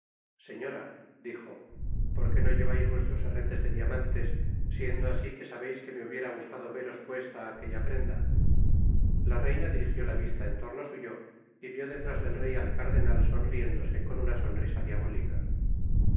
señora dijo porqué no llevais vuestros herretes de diamantes siendo así que sabeis me hubiera gustado veros puesta aquella prenda la reina dirijiójla vista en torno suyo y vió detrás del rey al cardenal sonriéndose concuna sonrisa diabólica